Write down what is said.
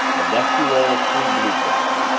a dusty roll of three blue-prints!